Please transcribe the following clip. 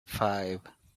five